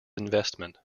investment